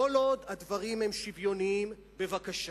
כל עוד הדברים הם שוויוניים, בבקשה.